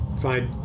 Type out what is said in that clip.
fine